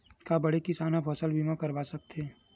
का बड़े किसान ह फसल बीमा करवा सकथे?